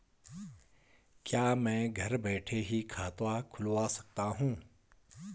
क्या मैं घर बैठे ही खाता खुलवा सकता हूँ?